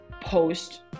post